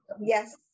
Yes